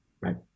Right